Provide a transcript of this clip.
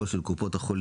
לא של קופות החולים,